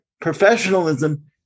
professionalism